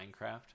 Minecraft